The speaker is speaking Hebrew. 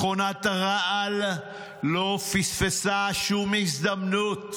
מכונת הרעל לא פספסה שום הזדמנות,